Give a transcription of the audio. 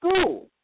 school